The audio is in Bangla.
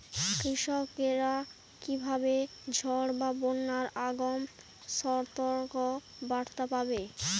কৃষকেরা কীভাবে ঝড় বা বন্যার আগাম সতর্ক বার্তা পাবে?